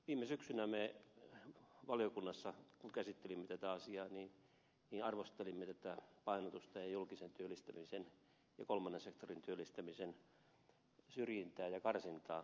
viime syksynä me valiokunnassa kun käsittelimme tätä asiaa arvostelimme tätä painotusta ja julkisen työllistämisen ja kolmannen sektorin työllistämisen syrjintää ja karsintaa